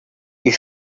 you